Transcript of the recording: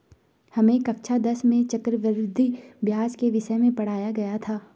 हमें कक्षा दस में चक्रवृद्धि ब्याज के विषय में पढ़ाया गया था